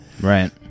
right